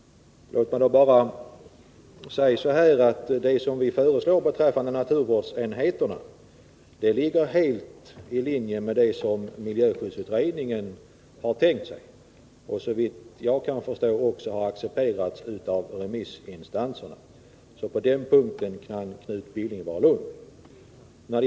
Låt mig då bara säga, att det vi föreslår beträffande naturvårdsenheterna ligger helt i linje med det som miljöskyddsutredningen har tänkt sig och som, såvitt jag kan förstå, också har accepterats av remissinstanserna. På den punkten kan alltså Knut Billing vara lugn.